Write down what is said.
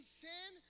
sin